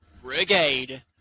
Brigade